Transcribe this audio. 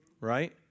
Right